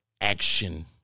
action